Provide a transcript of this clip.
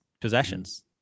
possessions